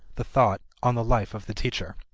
the thought on the life of the teacher.